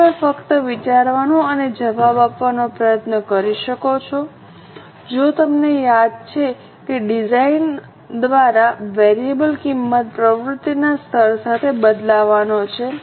શું તમે ફક્ત વિચારવાનો અને જવાબ આપવાનો પ્રયત્ન કરી શકો જો તમને યાદ છે કે ડિઝાઇન દ્વારા વેરિયેબલ કિંમત પ્રવૃત્તિના સ્તર સાથે બદલવાનો છે